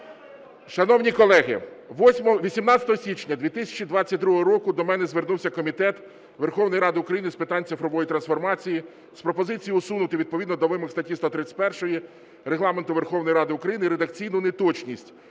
Шановні колеги, 18 січня 2022 року до мене звернувся Комітет Верховної Ради України з питань цифрової трансформації з пропозицією усунути відповідно до вимог статті 131 Регламенту Верховної Ради України редакційну неточність